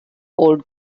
old